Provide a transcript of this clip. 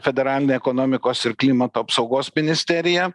federalinė ekonomikos ir klimato apsaugos ministerija